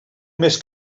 més